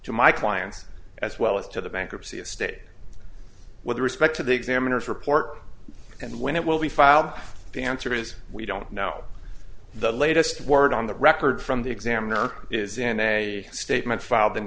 to my clients as well as to the bankruptcy estate with respect to the examiner's report and when it will be filed the answer is we don't know the latest word on the record from the examiner is in a statement filed in